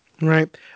Right